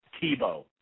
Tebow